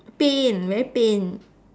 pain very pain